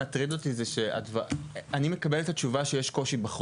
אני מקבל את התשובה שיש קושי בחוק,